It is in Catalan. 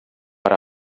per